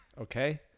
Okay